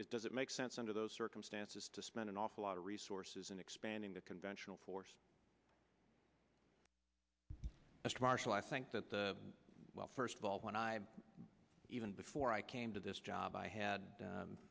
make does it make sense under those circumstances to spend an awful lot of resources in expanding the conventional force mr marshall i think that the well first of all when i even before i came to this job i had